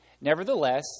Nevertheless